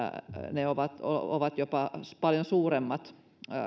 ne ovat ovat jopa paljon suuremmat